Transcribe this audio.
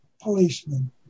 policemen